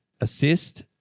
assist